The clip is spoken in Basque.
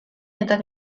eta